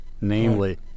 namely